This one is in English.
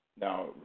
Now